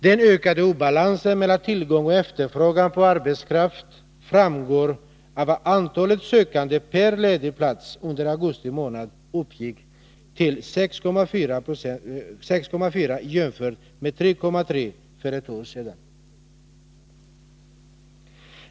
Den ökade obalansen mellan tillgång och efterfrågan på arbetskraft framgår av att antalet sökande per ledig plats under augusti uppgick till 6,4 jämfört med 3,3 för ett år sedan.